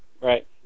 Right